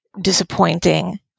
disappointing